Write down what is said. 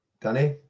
Danny